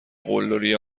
قلدری